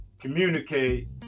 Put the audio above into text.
communicate